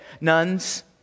Nuns